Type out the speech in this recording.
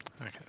Okay